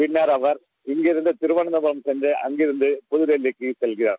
பின்னர் அவர் இங்கிருந்து திருவனந்துரம் சென்று அங்கிருந்து புதுதில்லிக்கு செல்கிறார்